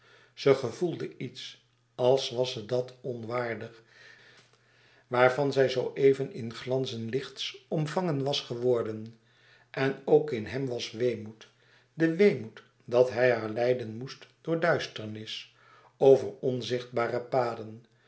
ze gevoelde iets als was ze dàt onwaardig waarvan zij zoo even in glanzen lichts ontvangen was geworden en ook in hem was weemoed de weemoed dat hij haar leiden moest door duisternis over onzichtbare paden